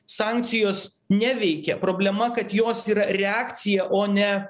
sankcijos neveikia problema kad jos yra reakcija o ne